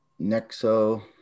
Nexo